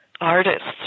artists